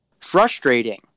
frustrating